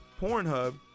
Pornhub